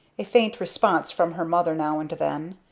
a faint response from her mother now and then,